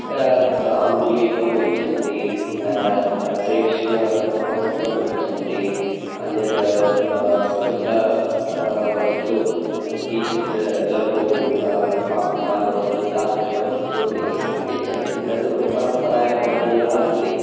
अङ्गुलीकं यच्छन्ति रेश्मवस्त्रं यच्छन्ति अन्यद् गृह वस्तु किञ्चित् लघु पाकशाला वस्तु तादृश वस्तूनि यच्छन्ति तद् परम्परा मध्ये एव अस्ति